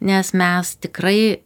nes mes tikrai